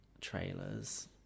trailers